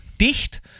dicht